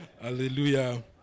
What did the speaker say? Hallelujah